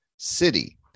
City